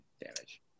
damage